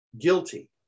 Guilty